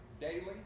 daily